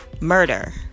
Murder